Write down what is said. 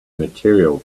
material